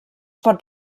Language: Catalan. pot